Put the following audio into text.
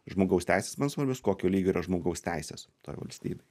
žmogaus teisės man svarbios kokio lygio yra žmogaus teisės toj valstybėj